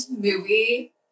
movie